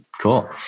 cool